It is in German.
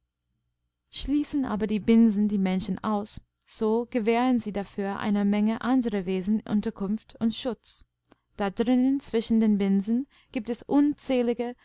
schließen aber die binsen die menschen aus so gewähren sie dafür einer menge anderer wesen unterkunft und schutz da drinnen zwischen den binsengibtesunzähligekleineteicheundkanälemitstillstehendem grünem